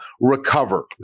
recover